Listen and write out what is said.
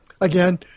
Again